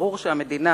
וברור שהמדינה